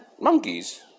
monkeys